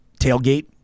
tailgate